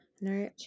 No